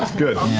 good.